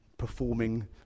performing